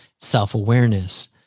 self-awareness